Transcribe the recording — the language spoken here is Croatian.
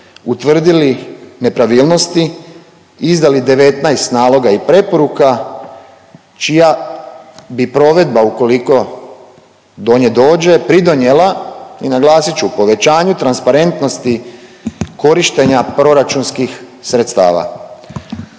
utvrdili nepravilnosti, izdali 19 naloga i preporuka čija bi provedba ukoliko do ne dođe pridonijela i naglasit ću povećanju transparentnosti korištenja proračunskih sredstava.